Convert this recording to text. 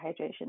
hydration